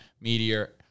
meteor